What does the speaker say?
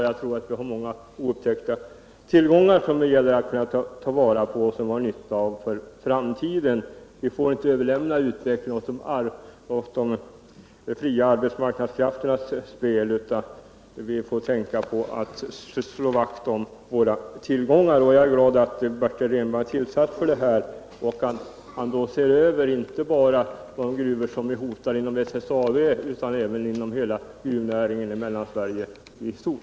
Jag tror att vi har många oupptäckta tillgångar, som det gäller att ta vara på och som vi kan ha nytta av i framtiden. Vi får inte överlämna utvecklingen åt de fria marknadskrafternas spel, utan vi måste tänka på att slå vakt om våra tillgångar. Jag är glad över att Bertil Rehnberg har tillsatts för den här utredningen, och jag hoppas att han inte bara ser över de gruvor som är hotade inom SSAB utan studerar hela gruvnäringen i Mellansverige i stort.